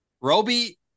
Roby